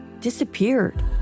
disappeared